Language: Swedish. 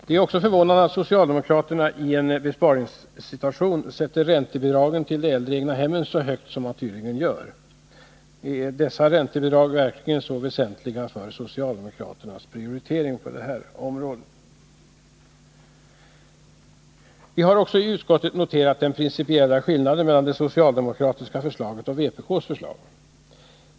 Det är också förvånande att socialdemokraterna i en besparingssituation sätter räntebidragen till de äldre egnahemmen så högt som man tydligen gör. Är dessa räntebidrag verkligen så väsentliga i socialdemokraternas prioritering på det här området? Vi har i utskottet också noterat den principiella skillnaden mellan det socialdemokratiska förslaget och vpk:s förslag.